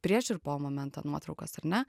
prieš ir po momento nuotraukas ar ne